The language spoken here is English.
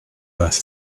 earth